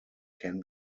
can